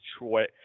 Detroit